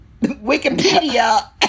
Wikipedia